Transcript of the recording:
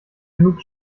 genug